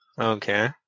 Okay